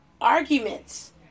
arguments